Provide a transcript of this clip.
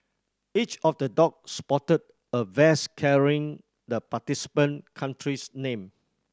each of the dog sported a vest carrying the participating country's name